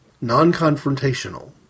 Non-confrontational